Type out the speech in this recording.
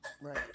Right